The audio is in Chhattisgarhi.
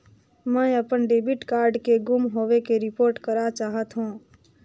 मैं अपन डेबिट कार्ड के गुम होवे के रिपोर्ट करा चाहत हों